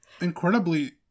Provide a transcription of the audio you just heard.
incredibly